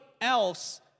else